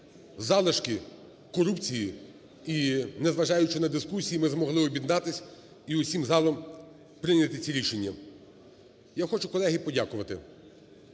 залишки корупції і, незважаючи на дискусії, ми змогли об'єднатися і усім залом прийняти ці рішення. Я хочу, колеги, подякувати